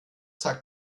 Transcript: sagt